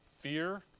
fear